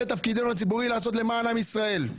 לעשות למען עם ישראל.